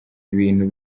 ibintu